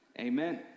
Amen